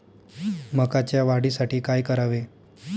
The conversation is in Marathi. मकाच्या वाढीसाठी काय करावे?